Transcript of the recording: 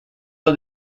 are